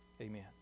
amen